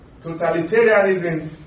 totalitarianism